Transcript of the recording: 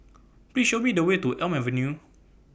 Please Show Me The Way to Elm Avenue